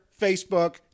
Facebook